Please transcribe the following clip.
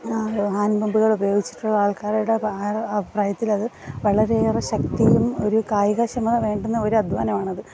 hand പമ്പുകൾ ഉപയോഗിച്ചിട്ടുള്ള ആൾക്കാരുടെ പ്രായത്തിലത് വളരെ ഏറെ ശക്തിയും ഒരു കായിക ക്ഷമത വേണ്ടുന്ന ഒരു അധ്വാനമാണത്